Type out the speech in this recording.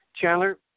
Chandler